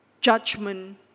judgment